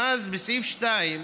ואז, בסעיף 2: